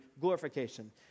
glorification